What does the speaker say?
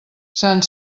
sant